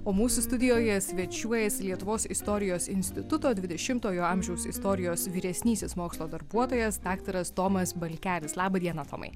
o mūsų studijoje svečiuojasi lietuvos istorijos instituto dvidešimtojo amžiaus istorijos vyresnysis mokslo darbuotojas daktaras tomas balkelis laba diena tomai